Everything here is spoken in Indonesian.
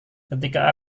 ketika